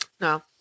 No